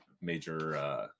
major